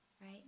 Right